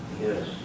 Yes